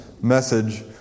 message